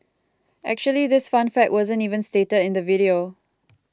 actually this fun fact wasn't even stated in the video